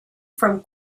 from